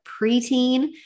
preteen